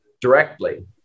directly